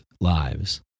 lives